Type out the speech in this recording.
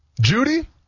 Judy